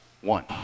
One